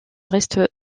reste